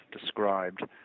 described